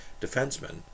defensemen